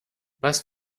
was